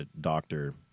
doctor